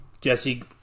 Jesse